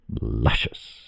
luscious